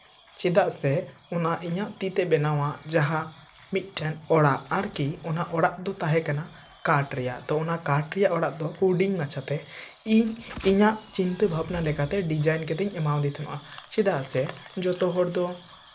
ᱪᱮᱫᱟᱜ ᱥᱮ ᱚᱱᱟ ᱤᱧᱟᱹᱜ ᱛᱤᱛᱮ ᱵᱮᱱᱟᱣᱟᱜ ᱡᱟᱦᱟᱸ ᱢᱤᱫᱴᱮᱱ ᱚᱲᱟᱜ ᱟᱨᱠᱤ ᱚᱱᱟ ᱚᱲᱟᱜ ᱫᱚ ᱛᱟᱦᱮᱸ ᱠᱟᱱᱟ ᱠᱟᱴᱷ ᱛᱚ ᱚᱱᱟ ᱠᱟᱴᱷ ᱨᱮᱭᱟᱜ ᱚᱲᱟᱜ ᱫᱚ ᱦᱩᱰᱤᱧ ᱢᱟᱪᱷᱟ ᱛᱮ ᱤᱧ ᱤᱧᱟᱹᱜ ᱪᱤᱱᱛᱟᱹ ᱵᱷᱟᱵᱽᱱᱟ ᱞᱮᱠᱟ ᱛᱤᱧ ᱰᱤᱡᱟᱭᱤᱱ ᱠᱟᱛᱤᱧ ᱮᱢᱟᱣᱫᱮ ᱛᱟᱦᱮᱱᱟ ᱪᱮᱫᱟᱜ ᱥᱮ ᱡᱚᱛᱚᱦᱚᱲ ᱫᱚ